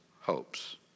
hopes